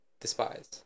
despise